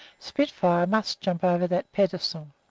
spitfire must jump over that pedestal.